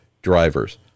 Drivers